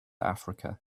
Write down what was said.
africa